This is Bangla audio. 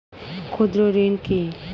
ক্ষুদ্র ঋণ কি?